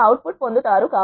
మీరు output పొందుతారు